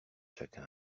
chacun